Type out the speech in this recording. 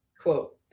quote